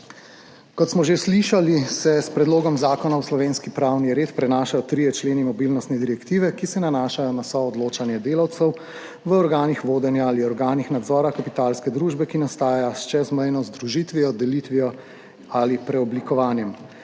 Kot smo že slišali, se s predlogom zakona v slovenski pravni red prenašajo trije členi mobilnostne direktive, ki se nanašajo na soodločanje delavcev v organih vodenja ali organih nadzora kapitalske družbe, ki nastaja s čezmejno združitvijo, delitvijo ali preoblikovanjem.